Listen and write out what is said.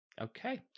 Okay